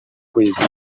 kwezi